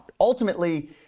ultimately